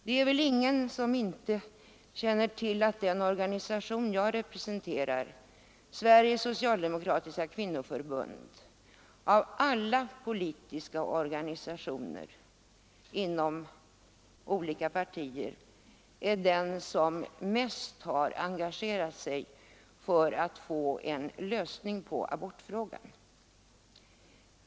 Det är väl ingen som inte känner till att den organisation jag representerar, Sveriges socialdemokratiska kvinnoförbund, av alla politiska organisationer inom olika partier är den som mest har engagerat sig för att få en lösning på abortfrågan.